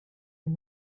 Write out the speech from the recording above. and